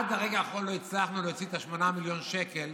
עד הרגע האחרון לא הצלחנו להוציא את ה-8 מיליון שקל,